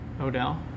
Odell